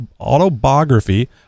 autobiography